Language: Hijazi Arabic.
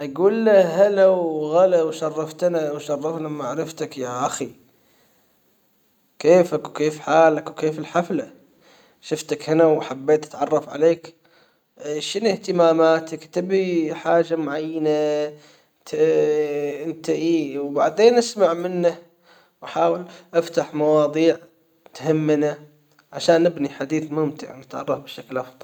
أجوول له هلا وغلا وشرفتنا وشرفنا بمعرفتك يا اخي. كيفك? وكيف حالك؟ وكيف الحفلة؟ شفتك هنا وحبيت أتعرف عليك شنو اهتماماتك؟ تبي حاجة معينة؟ انت انت ايه وبعدين نسمع منه وأحاول افتح مواضيع تهمنا عشان نبني حديث ممتع نتعرف بشكل افضل.